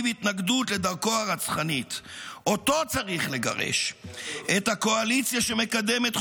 אתכם, את קואליציית הדם,